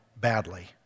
badly